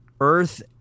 earth